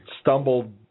stumbled